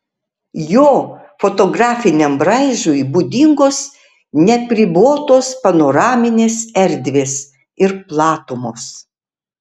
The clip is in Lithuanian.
jo fotografiniam braižui būdingos neapribotos panoraminės erdvės ir platumos